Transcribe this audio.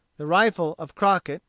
the rifle of crockett,